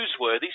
newsworthy